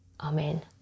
Amen